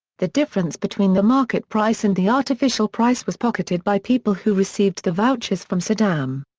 the difference between the market price and the artificial price was pocketed by people who received the vouchers from saddam.